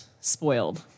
spoiled